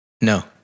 No